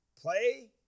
play